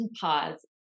pause